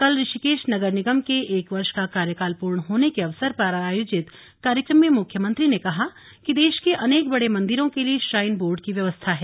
कल ऋषिकेश नगर निगम के एक वर्ष का कार्यकाल पूर्ण होने के अवसर पर आयोजित कार्यक्रम में मुख्यमंत्री ने कहा कि देश के अनेक बड़े मन्दिरों के लिए श्राइन बोर्ड की व्यवस्था है